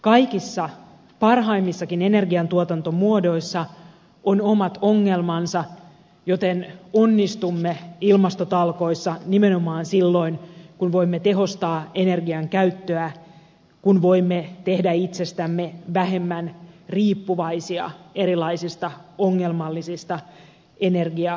kaikissa parhaimmissakin energian tuotantomuodoissa on omat ongelmansa joten onnistumme ilmastotalkoissa nimenomaan silloin kun voimme tehostaa energian käyttöä kun voimme tehdä itsestämme vähemmän riippuvaisia erilaisista ongelmallisista energialähteistä